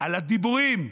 על הדיבורים,